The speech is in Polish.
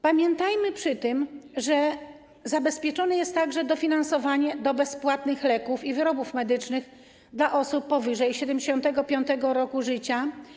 Pamiętajmy przy tym, że zabezpieczone jest także dofinansowanie do bezpłatnych leków i wyrobów medycznych dla osób powyżej 75. roku życia.